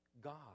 God